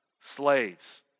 Slaves